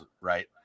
Right